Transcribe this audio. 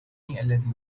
الذي